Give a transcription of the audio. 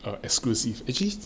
err exclusive actually